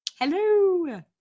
hello